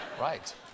Right